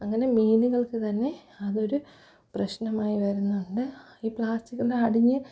അങ്ങനെ മീനുകൾക്ക് തന്നെ അതൊരു പ്രശ്നമായി വരുന്നുണ്ട് ഈ പ്ലാസ്റ്റിക്കൊക്കെ അടിഞ്ഞ്